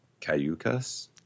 Cayucas